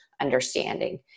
understanding